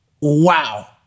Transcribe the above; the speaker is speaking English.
wow